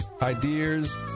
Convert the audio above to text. ideas